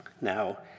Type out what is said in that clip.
Now